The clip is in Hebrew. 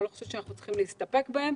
אני לא חושבת שאנחנו צריכים להסתפק בהם.